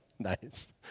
Nice